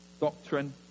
doctrine